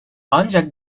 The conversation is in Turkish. ancak